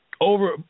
over –